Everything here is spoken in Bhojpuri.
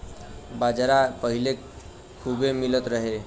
बाजरा पहिले खूबे मिलत रहे